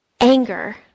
anger